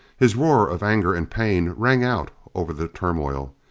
his roar of anger and pain rang out over the turmoil.